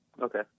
Okay